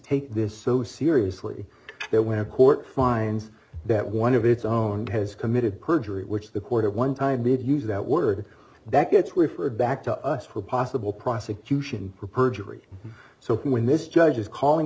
take this so seriously that when a court finds that one of its own has committed perjury which the court at one time did use that word that gets referred back to us for possible prosecution for perjury so when this judge is calling